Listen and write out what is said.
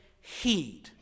heed